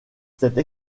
cette